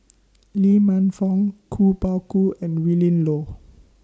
Lee Man Fong Kuo Pao Kun and Willin Low